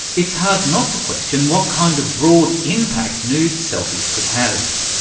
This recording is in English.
it's hard not to question what kind of broad impact nude selfies could have.